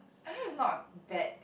I mean is not a bad